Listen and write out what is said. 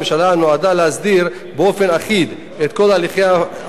נועדה להסדיר באופן אחיד את כל הליכי ההפניה